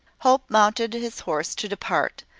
hope mounted his horse to depart,